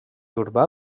urbà